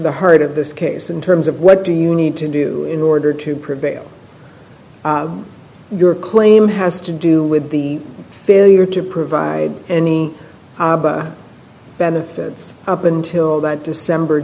the heart of this case in terms of what do you need to do in order to prevail your claim has to do with the failure to provide any benefits up until that december